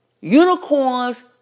unicorns